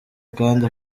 kandi